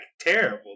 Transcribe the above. terrible